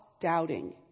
doubting